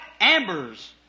ambers